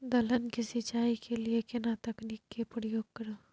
दलहन के सिंचाई के लिए केना तकनीक के प्रयोग करू?